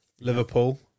Liverpool